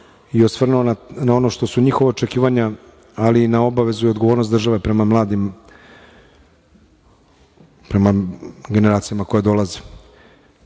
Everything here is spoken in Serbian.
i osvrnuo na ono što su njihova očekivanja, ali i na obavezu i odgovornost države prema mladima, prema generacijama koje dolaze. Što